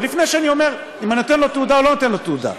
עוד לפני שאני אומר אם אני נותן לו תעודה או לא נותן לו תעודה.